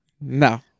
no